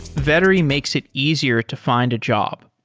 vettery makes it easier to find a job.